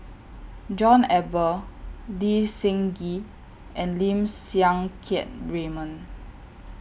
John Eber Lee Seng Gee and Lim Siang Keat Raymond